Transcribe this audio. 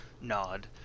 nod